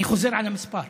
אני חוזר על המספר: